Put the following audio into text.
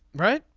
right.